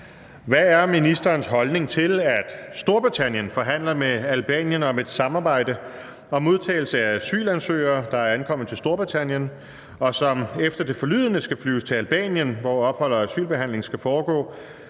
Hvad er ministerens holdning til, at Storbritannien forhandler med Albanien om et samarbejde om modtagelse af asylansøgere, der er ankommet til Storbritannien, og som efter det forlydende skal flyves til Albanien, hvor ophold og asylbehandling skal foregå,